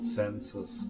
senses